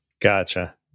Gotcha